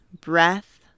breath